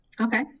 Okay